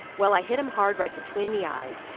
well, i hit him hard right between the eyes.